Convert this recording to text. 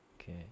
Okay